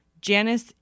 Janice